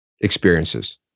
experiences